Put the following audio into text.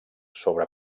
sobre